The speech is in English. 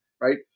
right